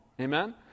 Amen